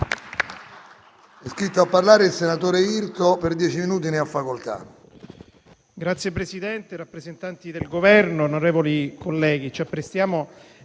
Signor Presidente, rappresentanti del Governo, onorevoli colleghi, ci apprestiamo